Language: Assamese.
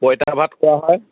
পঁইতা ভাত খোৱা হয়